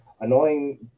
annoying